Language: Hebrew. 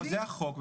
זה החוק.